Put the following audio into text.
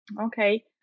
okay